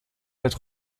être